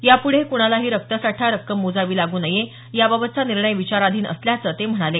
यापुढे कुणालाही रक्तासाठी रक्कम मोजावी लागू नये याबाबतचा निर्णय विचाराधीन असल्याचं ते म्हणाले